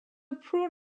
pro